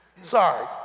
Sorry